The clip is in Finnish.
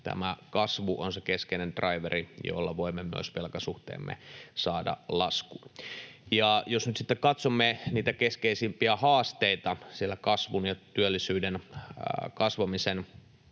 tämä kasvu on se keskeinen draiveri, jolla voimme myös velkasuhteemme saada laskuun. Jos nyt sitten katsomme niitä keskeisimpiä haasteita siellä kasvun ja työllisyyden kasvamisen